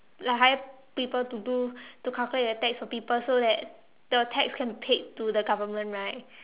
like hire people to do to calculate the tax for people so that the tax can be paid to the government right